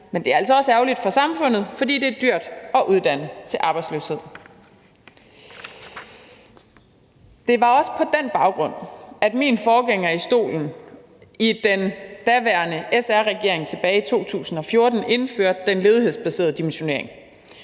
Men det er altså også ærgerligt for samfundet, fordi det er dyrt at uddanne til arbejdsløshed. Det var også på den baggrund, at min forgænger i stolen i den daværende SR-regering tilbage i 2014 indførte den ledighedsbaserede dimensionering